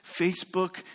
Facebook